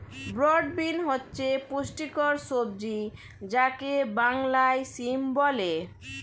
broad bean হচ্ছে পুষ্টিকর সবজি যাকে বাংলায় সিম বলে